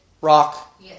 rock